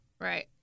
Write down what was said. Right